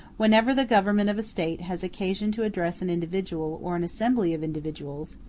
whenever the government of a state has occasion to address an individual or an assembly of individuals,